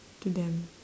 to them